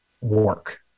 work